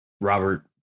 Robert